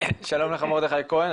שלום לך, מרדכי כהן.